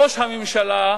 ראש הממשלה,